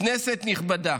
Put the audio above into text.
כנסת נכבדה,